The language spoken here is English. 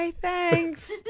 Thanks